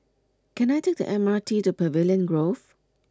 can I take the M R T to Pavilion Grove